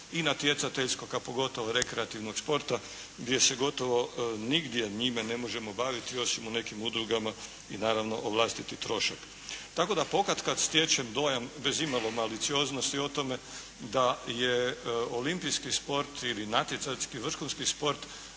i natjecateljskog, a pogotovo rekreativnog sporta gdje se gotovo nigdje njime ne možemo baviti osim u nekim udrugama i naravno o vlastiti trošak. Tako da pokatkad stječem dojam, bez imalo malicioznosti o tome, da je Olimpijski sport ili natjecateljski, vrhunski sport